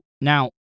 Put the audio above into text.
now